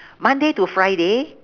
monday to friday